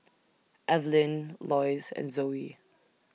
Evelyne Loyce and Zoie